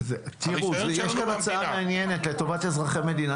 הרישיון שלנו הוא מהמדינה.